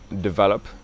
develop